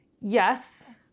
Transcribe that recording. yes